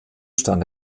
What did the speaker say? stand